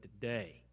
today